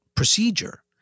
Procedure